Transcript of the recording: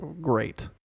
great